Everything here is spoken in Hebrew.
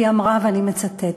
והיא אמרה, ואני מצטטת: